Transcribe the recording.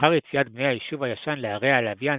לאחר יציאת בני היישוב הישן לערי הלוויין,